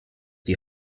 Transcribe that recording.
die